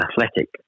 athletic